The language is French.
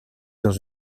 dans